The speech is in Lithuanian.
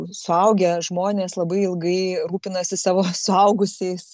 suaugę žmonės labai ilgai rūpinasi savo suaugusiais